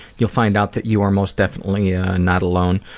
you'll find out that you are most definitely ah and not alone.